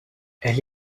elle